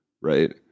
Right